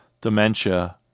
Dementia